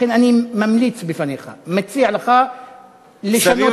לכן אני ממליץ בפניך, מציע לך לשנות את הניסוח.